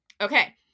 Okay